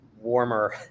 warmer